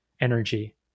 energy